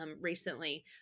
recently